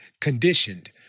conditioned